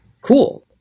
cool